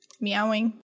Meowing